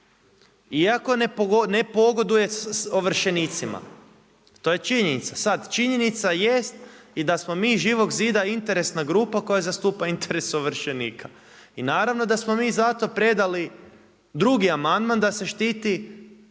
iako ne pogoduje ovršenicima, to je činjenica. Sad činjenica jest i da smo mi iz Živog zida interesna grupa koja zastupa interes ovršenika. I naravno da smo mi zato predali drugi amandman da se štiti